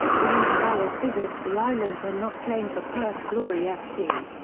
william gallas visits the island when not playing for perth glory fc.